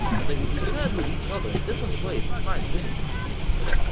and they would be paired with each other in different ways to find winning combinations.